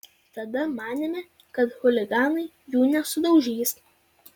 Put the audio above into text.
tada manėme kad chuliganai jų nesudaužys